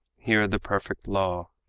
hear the perfect law,